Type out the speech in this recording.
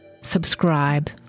subscribe